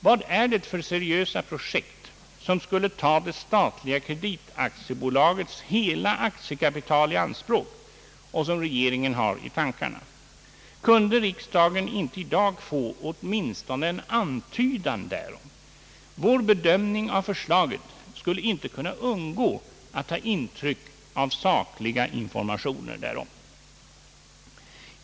Vad är det för seriösa projekt som skulle ta det statliga kreditaktiebolagets hela aktiekapital i anspråk och som regeringen har i tankarna? Kunde riksdagen inte i dag få åtminstone en antydan därom? Vår bedömning av förslaget skulle inte kunna undgå att ta intryck av sakliga informationer därom.